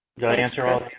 did i answer all